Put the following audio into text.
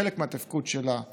חלק מהתפקוד שלה הוא